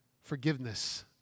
forgiveness